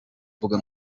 mbuga